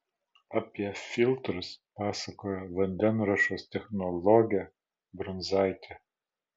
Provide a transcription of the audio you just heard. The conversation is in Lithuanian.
apie filtrus pasakojo vandenruošos technologė brunzaitė